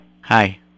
Hi